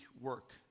work